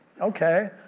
okay